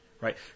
Right